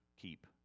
keep